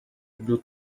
blue